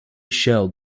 shell